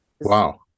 Wow